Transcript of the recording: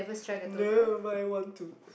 no but I want to